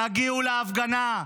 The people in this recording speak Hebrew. תגיעו להפגנה.